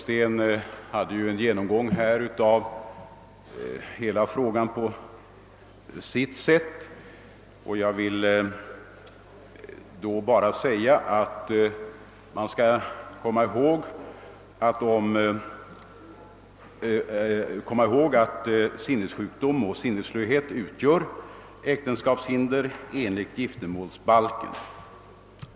Herr Ullsten gick igenom frågan på sitt sätt. Man skall emellertid komma ihåg att sinnessjukdom och sinnesslöhet enligt giftermålsbalken utgör äktenskapshinder.